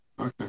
Okay